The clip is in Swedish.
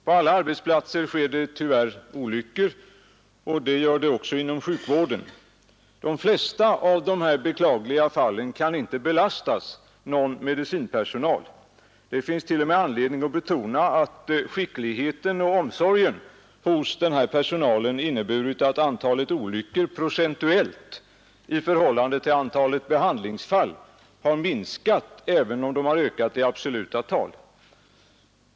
På alla arbetsplatser sker det tyvärr olyckor, och det gör det också inom sjukvården. De flesta av dessa beklagliga fall kan inte någon medicinpersonal lastas för. Det finns t.o.m. anledning att betona att skickligheten och omsorgen hos denna personal inneburit att antalet olyckor procentuellt i förhållande till antalet behandlingsfall har minskat, även om de ökat i absoluta tal.